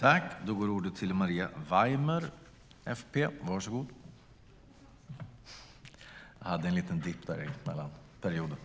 Då Birgitta Ohlsson, som framställt interpellationen, anmält att hon var förhindrad att närvara vid sammanträdet medgav talmannen att Maria Weimer i stället fick delta i överläggningen.